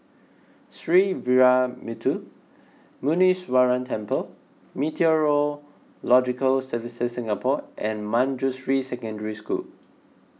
Sree Veeramuthu Muneeswaran Temple Meteorological Services Singapore and Manjusri Secondary School